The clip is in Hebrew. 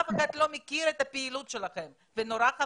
אף אחד לא מכיר את הפעילות שלכם וחבל.